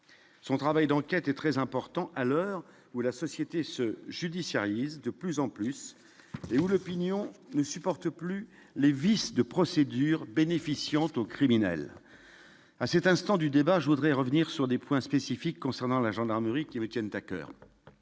son travail d'enquête est très important à l'heure où la société se judiciariser de plus en plus et où l'opinion ne supporte plus les vices de procédure bénéficiant taux criminel à cet instant du débat, je voudrais revenir sur des points spécifiques concernant la gendarmerie qui avait tiennent à coeur,